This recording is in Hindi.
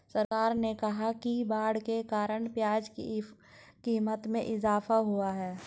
सरकार ने कहा कि बाढ़ के कारण प्याज़ की क़ीमत में इजाफ़ा हुआ है